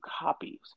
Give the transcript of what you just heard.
copies